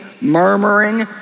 murmuring